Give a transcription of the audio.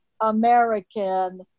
American